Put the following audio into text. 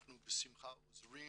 אנחנו בשמחה עוזרים